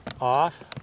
off